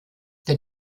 der